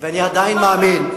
ואני עדיין מאמין,